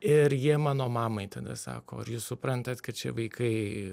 ir jie mano mamai tada sako ar jūs suprantat kad čia vaikai